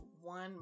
one